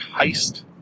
heist